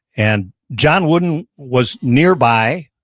and john wooden was nearby,